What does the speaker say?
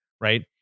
right